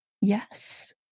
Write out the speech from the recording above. yes